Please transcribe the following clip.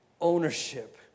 ownership